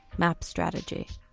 map strategy.